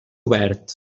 obert